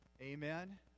Amen